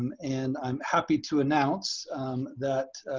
and and i'm happy to announce that